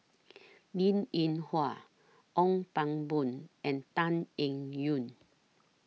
Linn in Hua Ong Pang Boon and Tan Eng Yoon